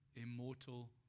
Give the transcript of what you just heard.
immortal